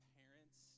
parents